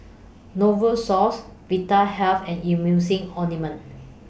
Novosource Vitahealth and Emulsying Ointment